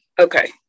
Okay